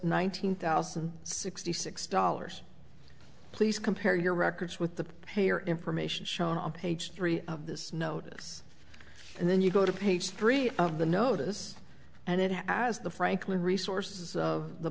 hundred thousand sixty six dollars please compare your records with the payer information shown on page three of this notice and then you go to page three of the notice and it has the franklin resources of the